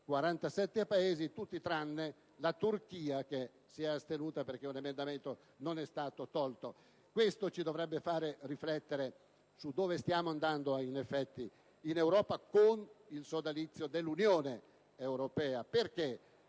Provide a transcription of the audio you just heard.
il documento, tranne la Turchia, che si è astenuta perché un emendamento non è stato eliminato. Questo ci dovrebbe far riflettere su dove stiamo andando in Europa con il sodalizio dell'Unione europea: perché